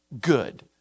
good